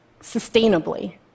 sustainably